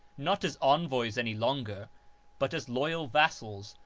not as envoys any longer but as loyal vassals,